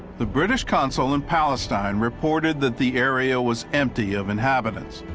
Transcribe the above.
the british consule in palestine reported that the area was empty of inhabitants,